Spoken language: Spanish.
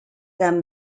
dan